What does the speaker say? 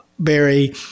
Barry